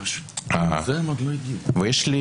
יש לי